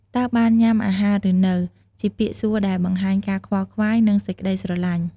តើបានញ៉ាំអាហារឬនៅ? ជាពាក្យសួរដែលបង្ហាញការខ្វល់ខ្វាយ និងសេចក្ដីស្រឡាញ់។